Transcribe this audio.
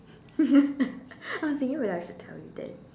I was thinking whether I should tell you that